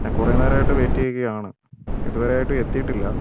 ഞാൻ കുറേനേരമായിട്ട് വെയിറ്റ് ചെയ്യുകയാണ് ഇതുവരെയായിട്ടും എത്തിയിട്ടില്ല